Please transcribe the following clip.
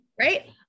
Right